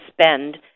spend